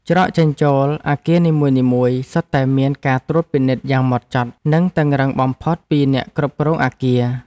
ច្រកចេញចូលអគារនីមួយៗសុទ្ធតែមានការត្រួតពិនិត្យយ៉ាងហ្មត់ចត់ និងតឹងរ៉ឹងបំផុតពីអ្នកគ្រប់គ្រងអគារ។